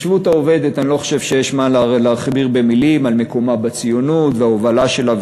אני לא חושב שיש מה להכביר מילים על מקומה בציונות ועל ההובלה שלה,